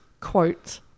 quote